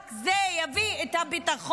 רק זה יביא את הביטחון.